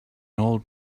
old